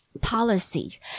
policies